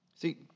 See